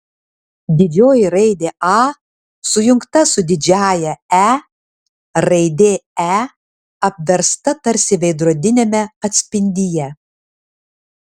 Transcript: didžioji raidė a sujungta su didžiąja e raidė e apversta tarsi veidrodiniame atspindyje